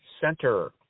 center